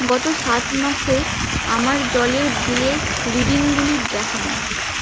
গত সাত মাসে আমার জলের বিলের রিডিংগুলি দেখান